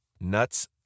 nuts